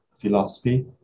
philosophy